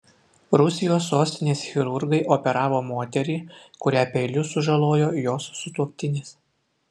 rusijos sostinės chirurgai operavo moterį kurią peiliu sužalojo jos sutuoktinis